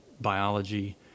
biology